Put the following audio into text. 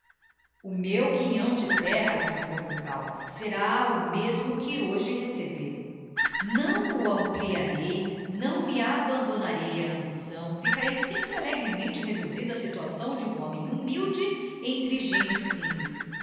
o meu quinhão de terra explicou milkau será o mesmo que hoje receber não o ampliarei não me abandonarei á ambição ficarei sempre alegremente reduzido á situação de um homem humilde entre gente simples